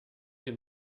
den